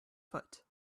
foot